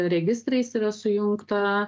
registrais yra sujungta